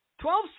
Twelve